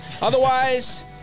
otherwise